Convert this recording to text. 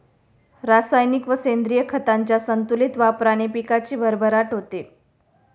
रासायनिक व सेंद्रिय खतांच्या संतुलित वापराने पिकाची भरभराट होते